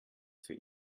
für